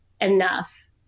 enough